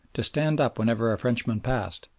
to stand up whenever a frenchman passed,